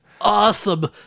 Awesome